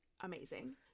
amazing